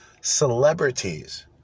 celebrities